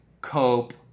cope